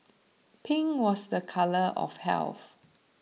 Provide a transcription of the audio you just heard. pink was the colour of health